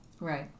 Right